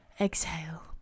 exhale